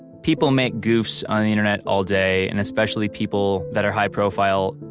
people make goofs on the internet all day, and especially people that are high profile.